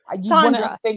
Sandra